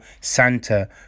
Santa